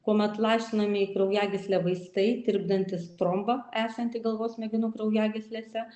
kuomet lašinami į kraujagyslę vaistai tirpdantys trombą esantį galvos smegenų kraujagyslėse